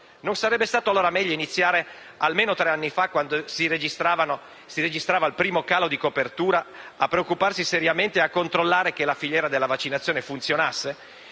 Non sarebbe stato meglio allora iniziare almeno tre anni fa, quando si registrava il primo calo di copertura a preoccuparsi seriamente e a controllare che la filiera della vaccinazione funzionasse,